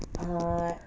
err